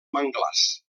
manglars